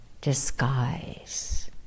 disguise